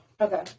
Okay